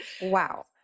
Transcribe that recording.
Wow